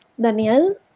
Daniel